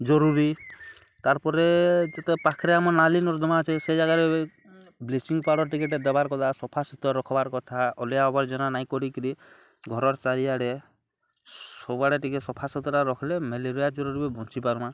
ଜରୁରୀ ତା'ର୍ ପରେ ଯେତେ ପାଖ୍ରେ ଆମର୍ ନାଲି ନର୍ଦ୍ଦମା ଅଛେ ସେ ଜାଗାରେ ବ୍ଲିଚିଂ ପାଉଡ଼ର୍ ଟିକେ ଟିକେ ଦେବାର୍ କଥା ସଫା ସୁତର୍ ରଖ୍ବାର୍ କଥା ଅଲିଆ ଆବର୍ଜନା ନାଇଁ କରିକିରି ଘରର୍ ଚାରିଆଡ଼େ ସବୁଆଡ଼େ ଟିକେ ସଫା ସୁୁତ୍ରା ରଖ୍ଲେ ମେଲେରିଆ ଦାଉରୁ ବଞ୍ଚି ପାର୍ମା